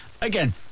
again